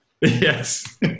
Yes